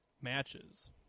matches